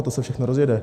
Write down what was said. To se všechno rozjede?